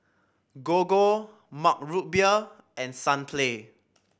Gogo Mug Root Beer and Sunplay